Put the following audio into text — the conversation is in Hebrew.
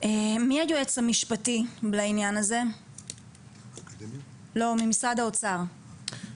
מי יועץ משפטי לעניין הזה ממשרד האוצר?